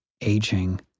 aging